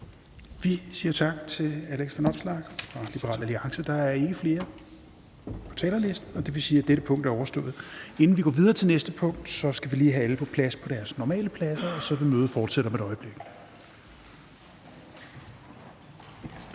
Vi siger tak til Alex Vanopslagh og Liberal Alliance. Der er ikke flere på talerlisten, og det vil sige, at dette punkt er overstået. Inden vi går videre til næste punkt, skal vi lige have alle tilbage på deres normale pladser, og så vil mødet fortsætte om et øjeblik.